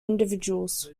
individuals